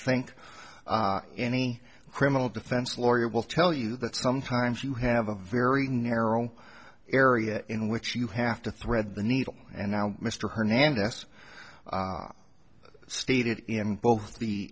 think any criminal defense lawyer will tell you that sometimes you have a very narrow area in which you have to thread the needle and now mr hernandez stated in both the